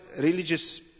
religious